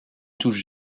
touche